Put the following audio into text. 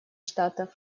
штатов